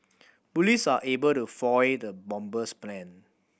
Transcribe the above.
police were able to foil the bomber's plan